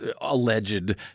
alleged